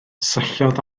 syllodd